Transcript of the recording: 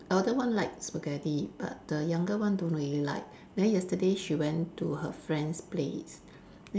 elder one like spaghetti but the younger one don't really like then yesterday she went to her friend's place